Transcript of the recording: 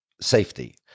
safety